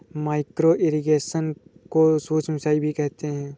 micro irrigation को सूक्ष्म सिंचाई भी कहते हैं